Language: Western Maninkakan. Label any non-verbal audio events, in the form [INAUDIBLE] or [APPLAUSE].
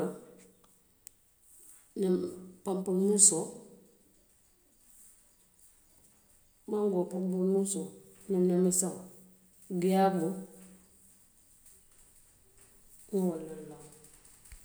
Oransoo, kajuo, [UNINTELLIGIBLE] kurujejeŋo, tonboroŋo, keenoo.